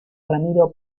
ramiro